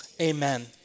amen